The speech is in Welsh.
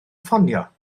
ffonio